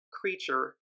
creature